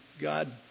God